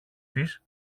της